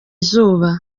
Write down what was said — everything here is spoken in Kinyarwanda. izuba